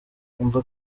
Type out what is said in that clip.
umva